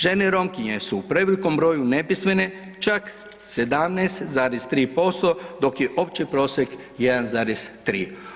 Žene Romkinje su u prevelikom broju nepismene, čak 17,3% dok je opći prosjek 1,3.